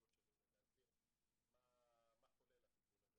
לקולגות שלי להסביר מה כולל הטיפול הזה,